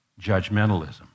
judgmentalism